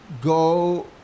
go